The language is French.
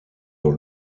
dans